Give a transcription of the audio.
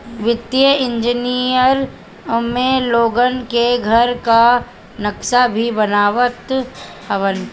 वित्तीय इंजनियर में लोगन के घर कअ नक्सा भी बनावत हवन